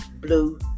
blue